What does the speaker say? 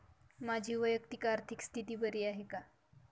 माझी वैयक्तिक आर्थिक स्थिती बरी आहे का?